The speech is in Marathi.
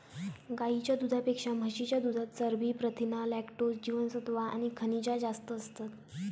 गाईच्या दुधापेक्षा म्हशीच्या दुधात चरबी, प्रथीना, लॅक्टोज, जीवनसत्त्वा आणि खनिजा जास्त असतत